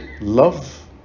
love